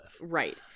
right